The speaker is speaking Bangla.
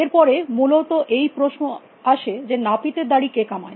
এর পরে মূলত এই প্রশ্ন আসে যে নাপিতের দাঁড়ি কে কামায়